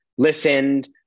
listened